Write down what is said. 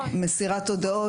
מסירת הודעות.